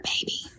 baby